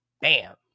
Bam